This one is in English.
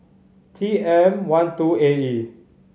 T M One two A E